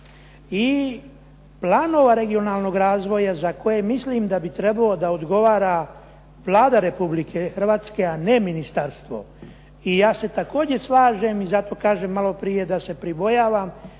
I planova regionalnog razvoja za koje mislim da bi trebao da odgovara Vlada Republike Hrvatske, a ne ministarstvo. I ja se također slažem i zato kažem maloprije da se pribojavam